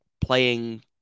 playing